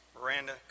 Miranda